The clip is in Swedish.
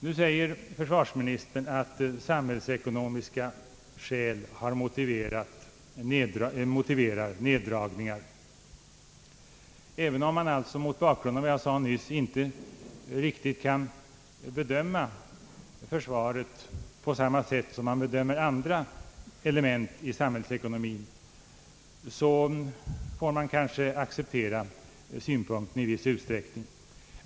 Nu säger försvarsministern att samhällsekonomiska skäl har motiverat neddragningar i kostnaderna. även om man, mot bakgrund av vad jag nyss sade, inte kan bedöma försvaret riktigt på samma sätt som man bedömer andra element i samhällsekonomien, får man kanske i viss utsträckning acceptera synpunkten.